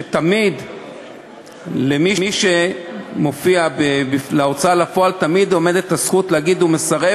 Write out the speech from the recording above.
שתמיד למי שמופיע בהוצאה לפועל עומדת הזכות להגיד: הוא מסרב,